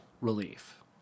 relief